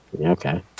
Okay